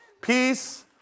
peace